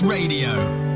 Radio